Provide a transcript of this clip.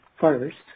first